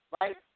right